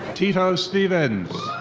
tito stephens.